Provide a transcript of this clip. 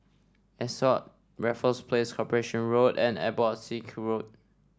Ascott Raffles Place Corporation Road and Abbotsingh Road